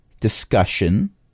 discussion